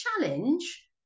challenge